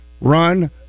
Run